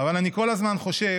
אבל אני כל הזמן חושב